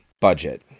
budget